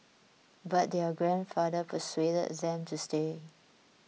but their grandfather persuaded them to stay